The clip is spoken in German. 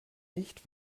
nicht